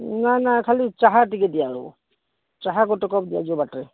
ନା ନା ଖାଲି ଚାହା ଟିକିଏ ଦିଆ ହେବ ଚାହା ଗୋଟେ କପ୍ ଦିଆଯିବ ବାଟରେ